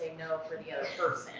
no, for the other